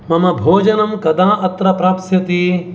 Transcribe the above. मम भोजनं कदा अत्र प्राप्स्यति